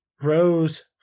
Rose